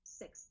six